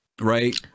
Right